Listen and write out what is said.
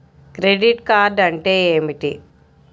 Credit card అంటే ఏమిటి?